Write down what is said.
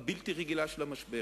הבלתי-רגילה, של המשבר.